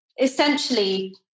essentially